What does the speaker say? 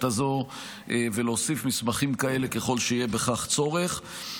הזו ולהוסיף מסמכים כאלה ככל שיהיה בכך צורך.